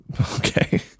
Okay